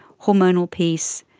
hormonal peace.